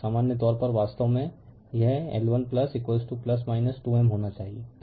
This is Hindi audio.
सामान्य तौर पर वास्तव में यह L1 2 M होना चाहिए था